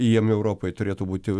jiem europoj turėtų būti